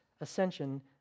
ascension